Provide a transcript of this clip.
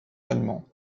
allemand